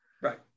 Right